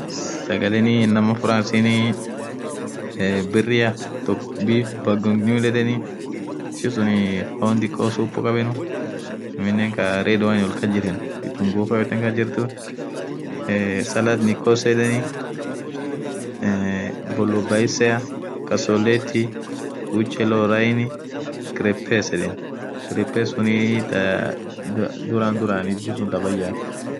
Sagale inamaaa francenii birira beaf bagonyol yedheni ishin suun fonn dhiko supu khabenuu aminen kaaa redhowanyol kas jiren kitungufaa yote kasjirthu ee saladh nikos yedheni eee bollo baisea kasoleth qwich kerro line kirreps yedheni kirreps suun thaa dhuran dhurani bayath